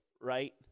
right